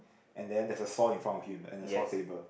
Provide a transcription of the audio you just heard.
and then there's a saw in front of him and a saw table